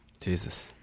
Jesus